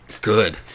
Good